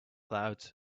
clouds